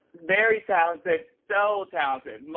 very talented, so talented.